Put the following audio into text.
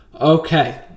Okay